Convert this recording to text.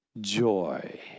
Joy